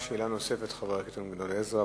שאלה נוספת, חבר הכנסת גדעון עזרא.